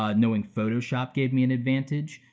ah knowing photoshop gave me an advantage.